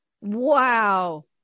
Wow